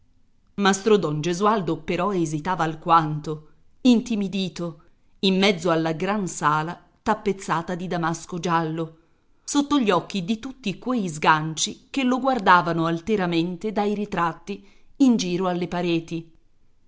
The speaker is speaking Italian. mastro don gesualdo però esitava alquanto intimidito in mezzo alla gran sala tappezzata di damasco giallo sotto gli occhi di tutti quei sganci che lo guardavano alteramente dai ritratti in giro alle pareti